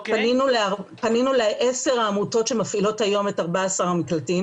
פנינו לעשר העמותות שמפעילות היום את 14 המקלטים